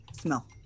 smell